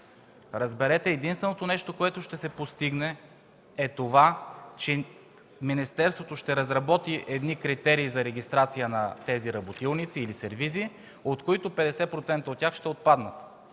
Разберете, единственото нещо, което ще се постигне, е това, че Министерството ще разработи едни критерии за регистрация на тези работилници или сервизи, от които 50% ще отпаднат.